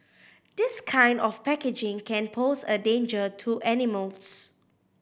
this kind of packaging can pose a danger to animals